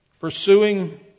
Pursuing